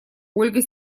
ольга